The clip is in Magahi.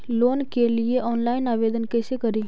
लोन के लिये ऑनलाइन आवेदन कैसे करि?